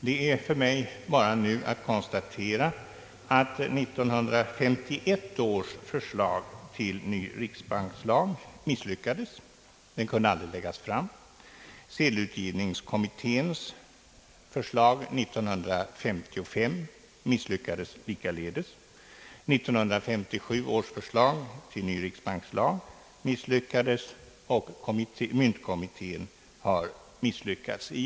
Det är nu för mig bara att konstatera att 1951 års förslag till ny riksbankslag misslyckades. Den kunde aldrig läggas fram. Sedelutgivningskommitténs förslag 1955 misslyckades likaledes. 1957 års förslag till ny riksbankslag misslyckades, och myntkommittén har misslyckats.